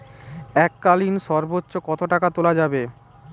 এককালীন সর্বোচ্চ কত টাকা তোলা যাবে?